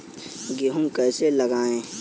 गेहूँ कैसे लगाएँ?